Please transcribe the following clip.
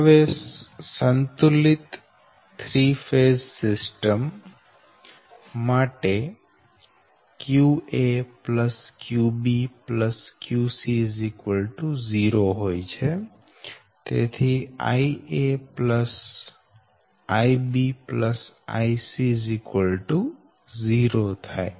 હવે સંતુલિત 3 phase system માટે qa qb qc 0 હોય છે તેથી Ia Ia Ic 0 થાય